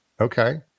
okay